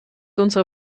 unsere